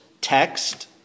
text